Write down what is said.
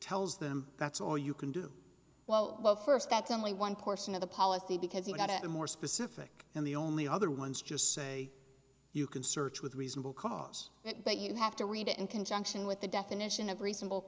tells them that's all you can do well but first that's only one portion of the policy because you've got to be more specific and the only other ones just say you can search with reasonable cause but you have to read it in conjunction with the definition of reasonable